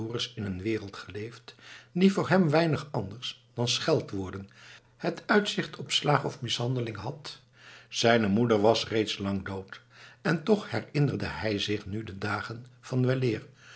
in een wereld geleefd die voor hem weinig anders dan scheldwoorden het uitzicht op slaag of mishandeling had zijne moeder was reeds lang dood en toch herinnerde hij zich nu de dagen van weleer